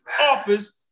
office